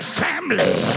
family